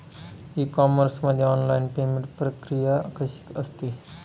E commerce मध्ये online payment प्रक्रिया कशी असते?